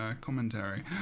commentary